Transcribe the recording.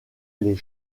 les